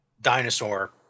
dinosaur